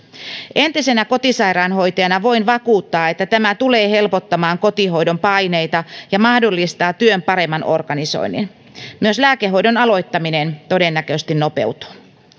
entisenä kotisairaanhoitajana voin vakuuttaa että tämä tulee helpottamaan kotihoidon paineita ja mahdollistaa työn paremman organisoinnin myös lääkehoidon aloittaminen todennäköisesti nopeutuu